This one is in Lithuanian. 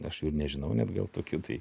aš jų ir nežinau net gal tokių tai